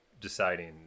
deciding